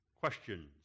questions